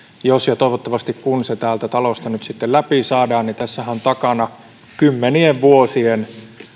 jos ja toivottavasti kun se täältä talosta nyt sitten läpi saadaan niin tässähän on takana kymmenien vuosien